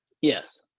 Yes